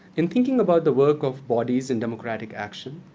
in thinking about the work of bodies in democratic action,